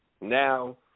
Now